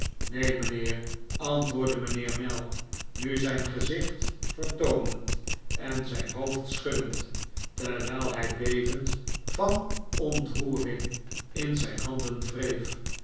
neen mijnheer antwoordde mijnheer mell nu zijn gezicht vertoonend en zijn hoofd schuddend terwijl hij bevend van david copperfield ontroering in zijn handen wreef